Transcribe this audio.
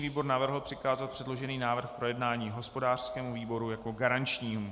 Organizační výbor navrhl přikázat předložený návrh k projednání hospodářskému výboru jako garančnímu.